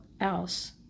else